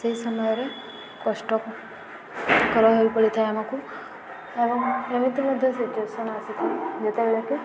ସେହି ସମୟରେ କଷ୍ଟ କରିବାକୁ ହଇଥାଏ ଆମକୁ ଏବଂ ଏମିତି ମଧ୍ୟ ସିଚୁଏସନ୍ ଆସିଥାଏ ଯେତେବେଳେ କି